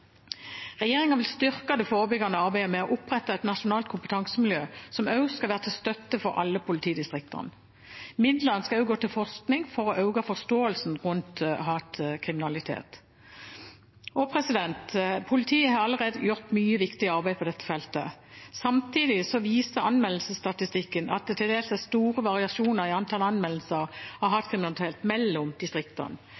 vil styrke det forebyggende arbeidet ved å opprette et nasjonalt kompetansemiljø som skal være til støtte for alle politidistriktene. Midlene skal også gå til forskning for å øke forståelsen rundt hatkriminalitet. Politiet har allerede gjort mye viktig arbeid på dette feltet. Samtidig viser anmeldelsesstatistikken at det til dels er store variasjoner i antall anmeldelser av